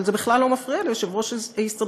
אבל זה בכלל לא מפריע ליושב-ראש ההסתדרות,